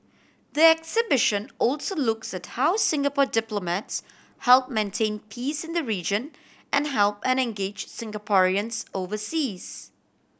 the exhibition also looks at how Singapore diplomats help maintain peace in the region and help and engage Singaporeans overseas